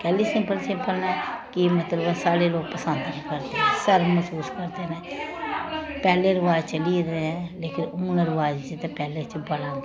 कैह्ली simple simple न कि मतलब साढ़े लोक पसंद निं करदे सारे मसूस करदे न पैह्ले रवाज चली गेदे न लेकिन हून रवाज च ते पैह्ले च बड़ा अंतर ऐ